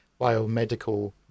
biomedical